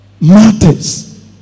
matters